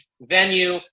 venue